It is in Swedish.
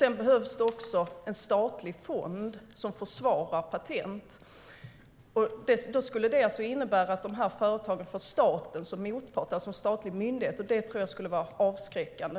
Det behövs också en statlig fond som försvarar patent. Detta skulle innebära att företagen får en statlig myndighet som motpart, och det tror jag skulle vara avskräckande.